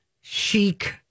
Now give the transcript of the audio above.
chic